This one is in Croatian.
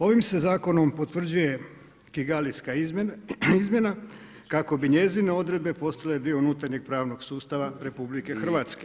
Ovim se zakonom potvrđuje Kigalijska izmjena kako bi njezine odredbe postale dio unutarnjeg pravnog sustava RH.